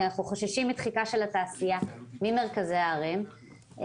אנחנו חוששים מדחיקה של התעשייה ממרכזי הערים,